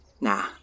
Nah